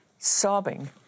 sobbing